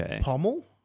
pommel